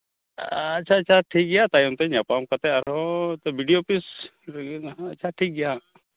ᱟᱪᱪᱷᱟ ᱟᱪᱪᱷᱟ ᱴᱷᱤᱠ ᱜᱮᱭᱟ ᱛᱟᱭᱚᱢ ᱛᱮ ᱧᱟᱯᱟᱢ ᱠᱟᱛᱮᱫ ᱟᱨᱦᱚᱸ ᱵᱤᱰᱤᱳ ᱚᱯᱷᱤᱥ ᱨᱮᱜᱮ ᱱᱟᱦᱟᱜ ᱟᱪᱪᱷᱟ ᱴᱷᱤᱠ ᱜᱮᱭᱟ ᱦᱟᱸᱜ